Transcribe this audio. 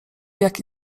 jaki